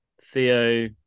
Theo